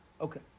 Okay